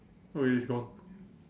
okay it's gone